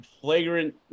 flagrant